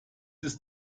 ist